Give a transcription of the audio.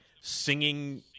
singing